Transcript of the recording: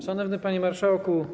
Szanowny Panie Marszałku!